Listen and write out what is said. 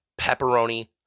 pepperoni